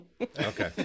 Okay